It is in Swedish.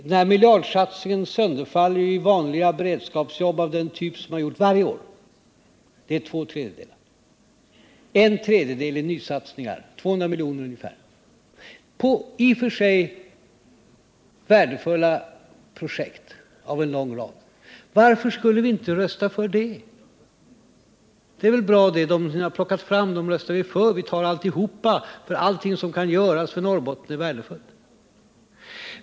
Den här miljardsatsningen sönderfaller i nysatsningar och i vanliga beredskapsjobb av den typ som man har haft varje år. De senare utgör två tredjedelar. En tredjedel går till nysatsningar på i och för sig värdefulla projekt, en lång rad. Varför skulle vi inte rösta för dem? Det är bra att man plockar fram sådana förslag. Vi röstar för dem. Vi tar alltihop, eftersom allt som kan göras för Norrbotten är värdefullt.